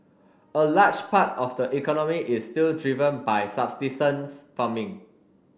a large part of the economy is still driven by subsistence farming